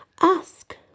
Ask